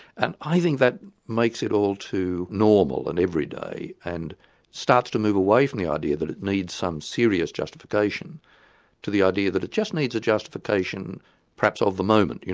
and i think that makes it all too normal and everyday, and starts to move away from the idea that it needs some serious justification to the idea that it just needs a justification perhaps of the moment,